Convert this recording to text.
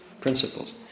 principles